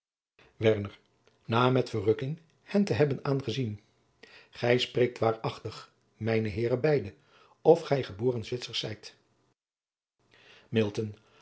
na met verrukking hen te hebhen aangezien gij spreekt waarachtig mijn heeren beide of gij geboren zwitsers zijt